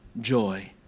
joy